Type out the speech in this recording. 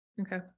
Okay